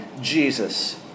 Jesus